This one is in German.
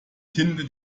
tinte